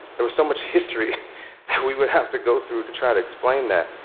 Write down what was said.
there was so much history that we would have to go through to try to explain that,